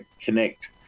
Connect